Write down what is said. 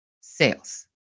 sales